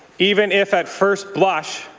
even if at first blush,